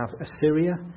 Assyria